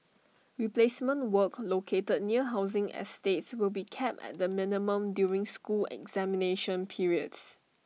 replacement work located near housing estates will be kept at the minimum during school examination periods